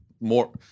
more